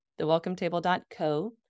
thewelcometable.co